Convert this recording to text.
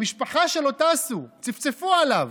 המשפחה שלו טסה, צפצפו עליו,